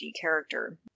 character